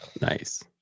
Nice